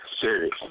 serious